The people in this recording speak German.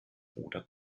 oder